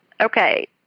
Okay